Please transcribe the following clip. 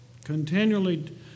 Continually